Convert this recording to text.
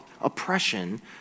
oppression